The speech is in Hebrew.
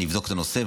אני אבדוק את הנושא,